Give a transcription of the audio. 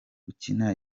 gukina